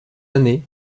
années